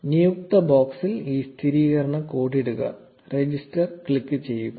0149 നിയുക്ത ബോക്സിൽ ഈ സ്ഥിരീകരണ കോഡ് ഇടുക രജിസ്റ്റർ ക്ലിക്ക് ചെയ്യുക